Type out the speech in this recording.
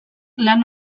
lan